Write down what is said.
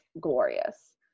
glorious